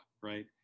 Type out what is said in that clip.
right